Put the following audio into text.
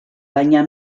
baina